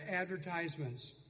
advertisements